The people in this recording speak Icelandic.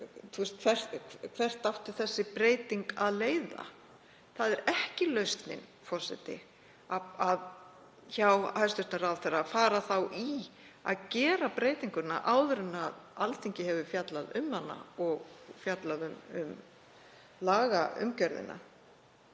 hvert þessi breyting átti að leiða. Það er ekki lausnin, forseti, hjá hæstv. ráðherra að fara þá í að gera breytinguna áður en Alþingi hefur fjallað um hana og fjallað um lagaumgjörðina.